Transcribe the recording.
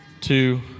two